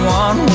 one